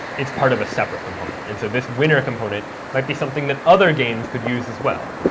it's part of a separate component, and so this winner component might be something that other games could use as well.